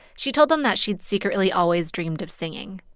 she told him that she'd secretly always dreamed of singing.